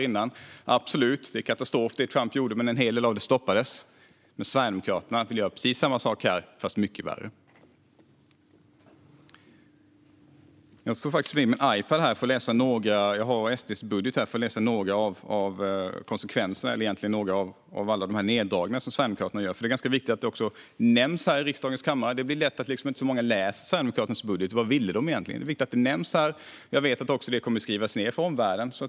Det Trump gjorde är absolut en katastrof, men en hel del av det stoppades. Sverigedemokraterna vill göra precis samma sak här, fast mycket värre. Jag tog faktiskt med mig en Ipad - jag har SD:s budget där - för jag vill läsa upp några av alla de neddragningar som Sverigedemokraterna gör. Det är ganska viktigt att det nämns i riksdagens kammare. Det är inte så många som läser Sverigedemokraternas budget. Vad vill de egentligen? Det är viktigt att det nämns här. Jag vet också att det kommer att skrivas ned för omvärlden.